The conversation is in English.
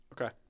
Okay